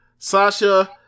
Sasha